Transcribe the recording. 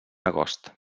agost